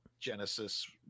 genesis